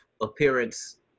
appearance